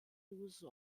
douze